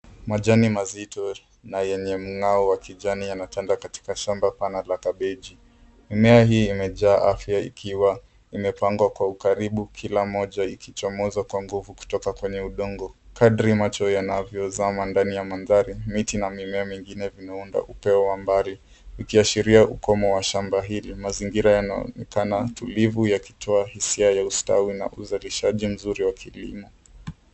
Majani mazito na yenye mng'ao wa kijani yanatanda katika shamba bana la kabechi. Mimea hii imejaa afya ikiwa imepangwa kwa ukaribu kila moja ikichomoza kwa nguvu kutoka kwenye udongo. Kadili macho yanavyazama ndani ya madhari, mti na mimea mingine vimeunda upeo wa mbali ikiashiria ukomo wa shamba hili. Mazingira yanaonekana tulivu yakitoa hisia ya ustawi na uzalishaji mzuri wa kilimo.